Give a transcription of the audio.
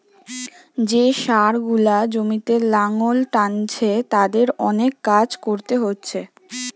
যে ষাঁড় গুলা জমিতে লাঙ্গল টানছে তাদের অনেক কাজ কোরতে হচ্ছে